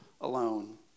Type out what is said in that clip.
alone